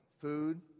Food